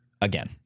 again